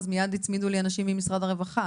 אז מיד הצמידו לי אנשים ממשרד הרווחה.